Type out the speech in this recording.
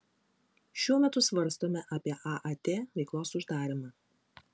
šiuo metu svarstome apie aat veiklos uždarymą